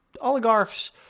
oligarchs